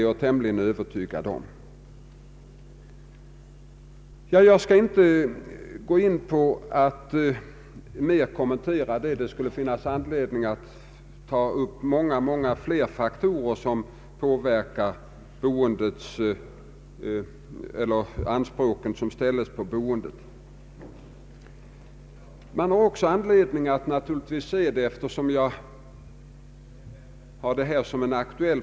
Jag skall emellertid inte nu ytterligare kommentera denna sida av saken, även om det här kunde finnas anledning att ta upp många fler faktorer som påverkar de anspråk som ställs på boendet. Herr Kaijser pekade på sambandet mellan bostadsbyggande, arbetsmark Ang.